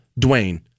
Dwayne